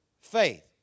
faith